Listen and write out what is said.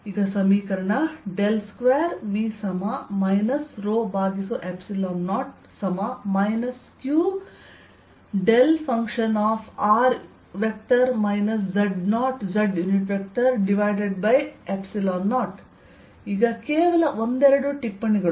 2V 0 qδ0 ಈಗ ಕೇವಲ ಒಂದೆರಡು ಟಿಪ್ಪಣಿಗಳು